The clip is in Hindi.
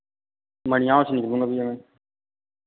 मढ़ियांव से निकलूँगा भैया मैं